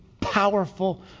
powerful